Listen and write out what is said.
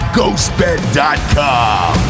GhostBed.com